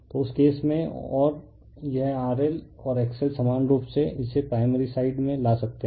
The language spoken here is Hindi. तो उस केस में और यह R L और X L समान रूप से इसे प्राइमरी साइड में ला सकते हैं